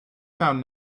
found